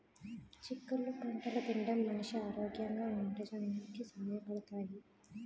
చిక్కుళ్ళు పంటలు తినడం మనిషి ఆరోగ్యంగా ఉంచడానికి సహాయ పడతాయి